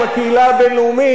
עם הקהילה הבין-לאומית,